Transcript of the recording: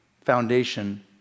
foundation